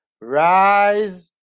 rise